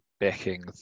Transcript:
backing